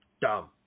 Dumb